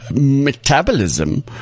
metabolism